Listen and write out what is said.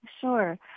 Sure